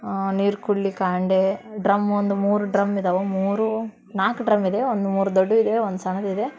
ನೀರು ಕೂಡ್ಲಿಕ್ಕೆ ಹಂಡೆ ಡ್ರಮ್ ಒಂದು ಮೂರು ಡ್ರಮ್ ಇದಾವೆ ಮೂರು ನಾಲ್ಕು ಡ್ರಮ್ ಇದೆ ಒಂದು ಮೂರು ದೊಡ್ಡವು ಇದೆ ಒಂದು ಸಣ್ದು ಇದೆ